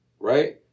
right